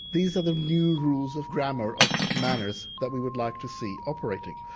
these are the new rules of grammar, of manners that we would like to see operating.